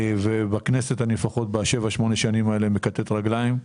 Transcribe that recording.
בכנסת אני לפחות שבע-שמונה שנים מכתת רגליים.